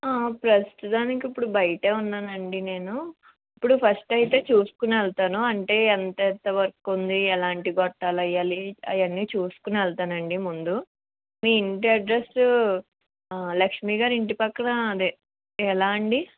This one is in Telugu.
ప్రస్తుతానికి ఇప్పుడు బయటే ఉన్నానండి నేను ఇప్పుడు ఫస్ట్ అయితే చూసుకొని వెళతాను అంటే ఎంతెంత వర్క్ ఉంది ఎలాంటి గొట్టాలు వెయ్యాలి అవన్నీ చూసుకొని వెళతానండి ముందు మీ ఇంటి అడ్రెస్సు లక్ష్మిగారి ఇంటి పక్కనదేనా అండి